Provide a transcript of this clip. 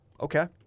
Okay